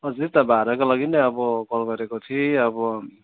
अझै त भाडाको लागि नि अब कल गरेको थिएँ अब